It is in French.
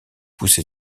poussé